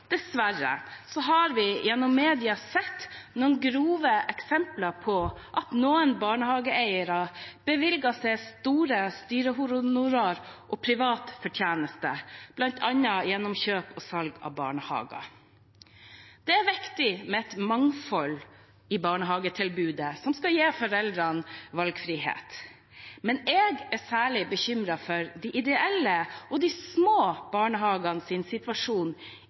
Dessverre har vi gjennom media sett noen grove eksempler på at noen barnehageeiere bevilger seg store styrehonorarer og privat fortjeneste, bl.a. gjennom kjøp og salg av barnehager. Det er viktig med et mangfoldig barnehagetilbud som skal gi foreldrene valgfrihet, men jeg er særlig bekymret for de ideelle og de små barnehagenes situasjon